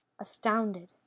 Astounded